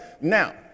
Now